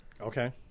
Okay